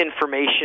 information